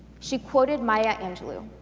she quoted maya angelou,